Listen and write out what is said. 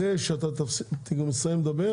אחרי שאתה תסיים לדבר